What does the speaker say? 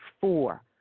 four